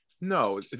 no